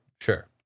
Sure